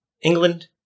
England